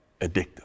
addictive